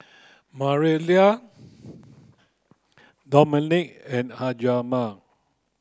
Mariana Dominik and Hjalmar